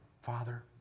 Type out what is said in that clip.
Father